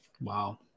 Wow